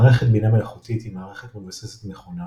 מערכת בינה מלאכותית היא מערכת מבוססת מכונה,